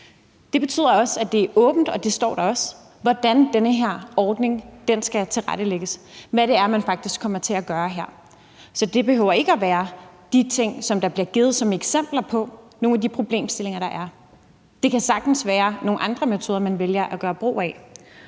Det betyder også, at det er åbent – og det står der også – hvordan den her ordning skal tilrettelægges, og hvad det er, man faktisk kommer til at gøre her. Så det behøver ikke lige at være de ting, der her bliver givet som eksempler på nogle af de problemstillinger, der er; det kan sagtens være nogle andre metoder, man vælger at gøre brug af.